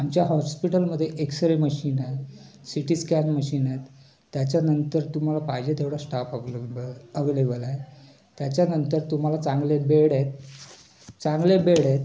आमच्या हॉस्पिटलमध्ये X ray machine आहे सिटी स्कॅन मशिन आहेत त्याच्यानंतर तुम्हाला पाहिजे तेवढा स्टाफ आवलेबं आवलेबल आहे त्याच्यानंतर तुम्हाला चांगले बेड आहेत चांगले बेड आहेत